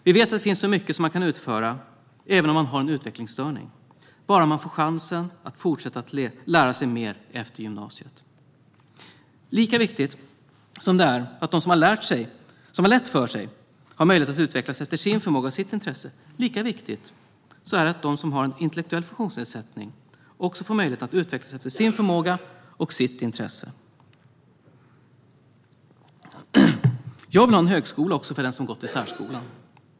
Vi vet att det finns mycket man kan utföra även om man har en utvecklingsstörning, bara man får chansen att fortsätta att lära sig mer efter gymnasiet. Lika viktigt som det är att de som har det lätt för sig har möjlighet att utvecklas efter sin förmåga och sitt intresse är det att de som har en intellektuell funktionsnedsättning också får möjlighet att utvecklas efter sin förmåga och sitt intresse. Jag vill ha en högskola också för den som har gått i särskolan.